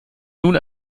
nun